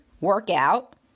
workout